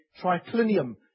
triclinium